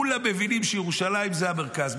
כולם מבינים שירושלים היא המרכז.